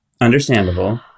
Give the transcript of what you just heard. understandable